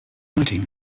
writing